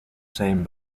same